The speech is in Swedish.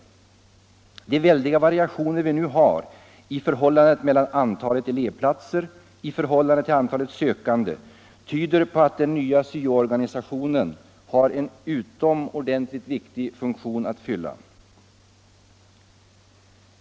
De väldiga variationer som vi nu har i förhållandet mellan antalet elevplatser och antalet sökande tyder på att den nya SYO-organisationen har en utomordentligt viktig funktion att fylla.